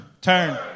Turn